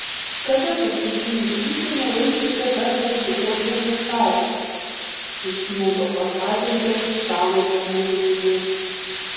kada paskutinį sykį nulaižėte bendrąjį uogienės šaukštą iš snūdo pažadindami stalo bendrų dėmesį